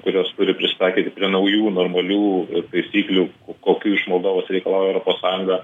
kurios turi prisitaikyti prie naujų normalių taisyklių kokių iš moldovos reikalauja europos sąjunga